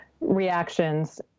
reactions